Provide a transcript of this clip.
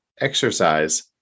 exercise